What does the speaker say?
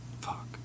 Fuck